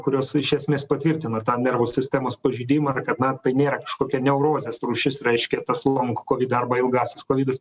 kurios iš esmės patvirtina tą nervų sistemos pažeidimą ar kad na tai nėra kažkokia neurozės rūšis reiškia tas long kovid arba ilgasis kovidas